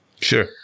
Sure